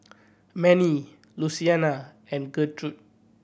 Mannie Luciana and Gertrude